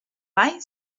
mai